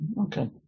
Okay